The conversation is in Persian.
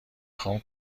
خوام